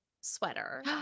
sweater